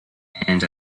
and